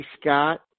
Scott